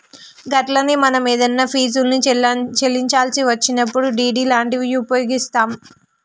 గట్లనే మనం ఏదన్నా ఫీజుల్ని చెల్లించాల్సి వచ్చినప్పుడు డి.డి లాంటివి ఉపయోగిస్తాం